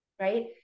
Right